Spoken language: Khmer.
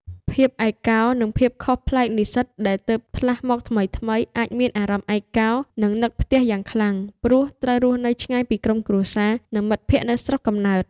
ភាពឯកកោ និងភាពខុសប្លែកនិស្សិតដែលទើបផ្លាស់មកថ្មីៗ អាចមានអារម្មណ៍ឯកកោ និងនឹកផ្ទះយ៉ាងខ្លាំង ព្រោះត្រូវរស់នៅឆ្ងាយពីក្រុមគ្រួសារ និងមិត្តភ័ក្តិនៅស្រុកកំណើត។